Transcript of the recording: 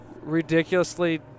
ridiculously